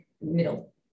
middle